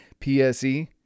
PSE